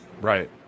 Right